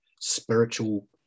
spiritual